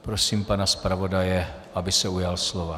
Prosím pana zpravodaje, aby se ujal slova.